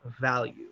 value